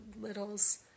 littles